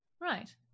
Right